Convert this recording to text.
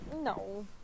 No